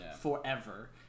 forever